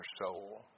soul